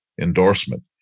endorsement